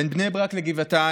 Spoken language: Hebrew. בין בני ברק לגבעתיים,